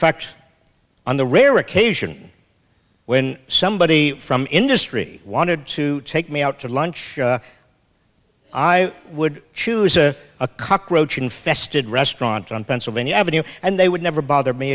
fact on the rare occasion when somebody from industry wanted to take me out to lunch i would choose a a cockroach infested restaurant on pennsylvania avenue and they would never bother me